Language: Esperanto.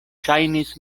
ŝajnis